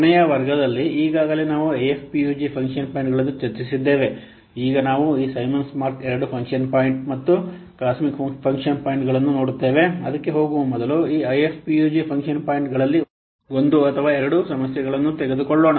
ಕೊನೆಯ ವರ್ಗ ಈಗಾಗಲೇ ನಾವು ಐಎಫ್ಪಿಯುಜಿ ಫಂಕ್ಷನ್ ಪಾಯಿಂಟ್ಗಳನ್ನು ಚರ್ಚಿಸಿದ್ದೇವೆ ಈಗ ನಾವು ಈ Symons Mark II function point ಮತ್ತು ಕಾಸ್ಮಿಕ್ ಫಂಕ್ಷನ್ ಪಾಯಿಂಟ್ಗಳನ್ನು ನೋಡುತ್ತೇವೆ ಅದಕ್ಕೆ ಹೋಗುವ ಮೊದಲು ಈ ಐಎಫ್ಪಿಯುಜಿ ಫಂಕ್ಷನ್ ಪಾಯಿಂಟ್ಗಳಲ್ಲಿ ಒಂದು ಅಥವಾ ಎರಡು ಸಮಸ್ಯೆಗಳನ್ನು ತೆಗೆದುಕೊಳ್ಳೋಣ